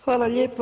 Hvala lijepo.